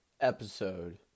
episode